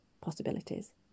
possibilities